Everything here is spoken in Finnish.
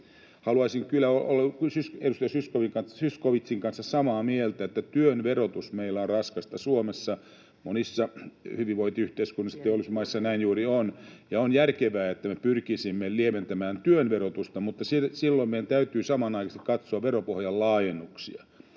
viedään. Olen edustaja Zyskowiczin kanssa samaa mieltä, että työn verotus meillä on raskasta Suomessa. Monissa hyvinvointiyhteiskunnissa, teollisuusmaissa, näin juuri on, ja on järkevää, että me pyrkisimme lieventämään työn verotusta, mutta silloin meidän täytyy samanaikaisesti katsoa veropohjan laajennuksia.